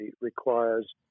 requires